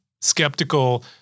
skeptical